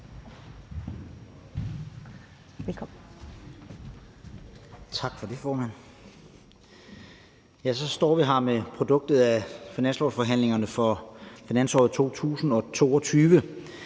(DF): Tak for det, formand. Så står vi her med produktet af finanslovsforhandlingerne for finansåret 2022.